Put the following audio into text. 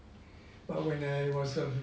but when I was a